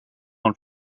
dans